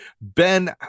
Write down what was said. ben